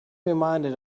reminded